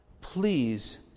please